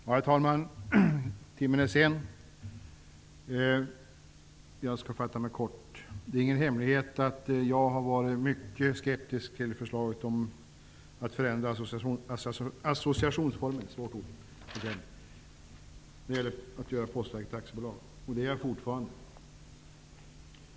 Herr talman! Timmen är sen. Jag skall fatta mig kort. Det är ingen hemlighet att jag har varit mycket skeptisk till förslaget om att förändra associationsformen för Postverket till aktiebolag. Det är jag fortfarande.